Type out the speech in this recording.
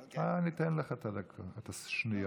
אדוני.